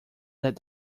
that